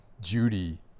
Judy